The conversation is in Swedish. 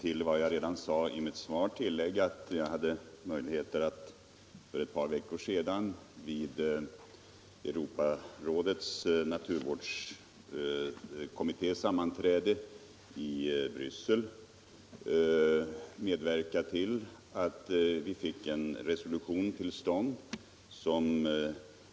Till det som jag sagt i mitt svar kan jag lägga, att jag för ett par veckor sedan vid ett miljöministermöte i Europarådets regi i Bryssel hade möjlighet att medverka till att vi fick en resolution till stånd, som